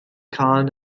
kan